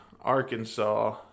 Arkansas